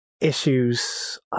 issues